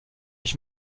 ich